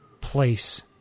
place